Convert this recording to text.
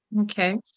Okay